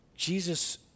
Jesus